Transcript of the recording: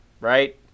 right